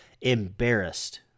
embarrassed